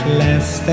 last